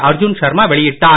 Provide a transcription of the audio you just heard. அர்ஜூன் சர்மா வெளியிட்டார்